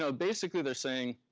so basically, they're saying,